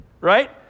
right